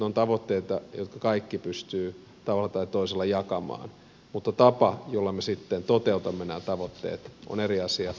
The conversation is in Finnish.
minä uskon että ne ovat tavoitteita jotka kaikki pystyvät tavalla tai toisella jakamaan mutta tapa jolla me sitten toteutamme nämä tavoitteet on eri asia